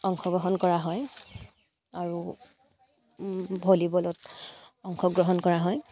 অংশগ্ৰহণ কৰা হয় আৰু ভলীবলত অংশগ্ৰহণ কৰা হয়